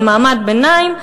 של מעמד ביניים,